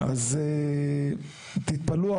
אז תתפלאו,